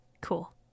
Cool